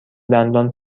دندان